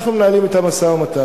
אנחנו מנהלים אתם משא-ומתן.